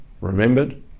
remembered